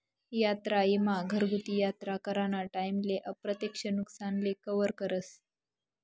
यात्रा ईमा घरगुती यात्रा कराना टाईमले अप्रत्यक्ष नुकसानले कवर करस